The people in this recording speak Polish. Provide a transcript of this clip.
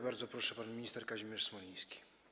Bardzo proszę, pan minister Kazimierz Smoliński.